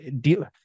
deal